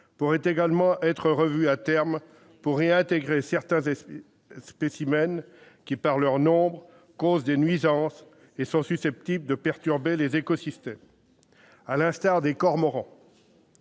pourrait également être revu, à terme, pour y intégrer certains spécimens qui, par leur nombre, causent des nuisances et sont susceptibles de perturber les écosystèmes. Je pense en particulier